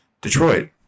Detroit